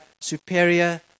superior